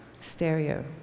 stereo